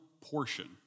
portion